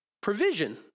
provision